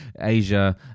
Asia